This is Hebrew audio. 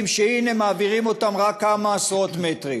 שהנה מעבירים אותם רק כמה עשרות מטרים.